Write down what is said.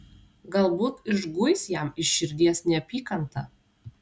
galbūt išguis jam iš širdies neapykantą